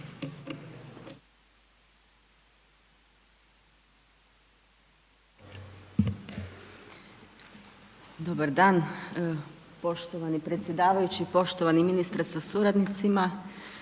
Dobar dan poštovani predsjedavajući, poštovani ministre sa suradnicima,